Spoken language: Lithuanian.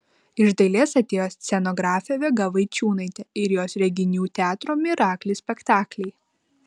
iš dailės atėjo scenografė vega vaičiūnaitė ir jos reginių teatro miraklis spektakliai